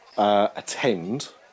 Attend